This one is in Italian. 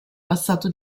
passato